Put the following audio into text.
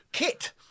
kit